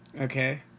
Okay